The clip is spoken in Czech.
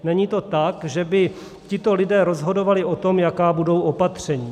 Není to tak, že by tito lidé rozhodovali o tom, jaká budou opatření.